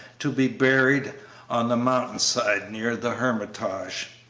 to be buried on the mountain-side, near the hermitage.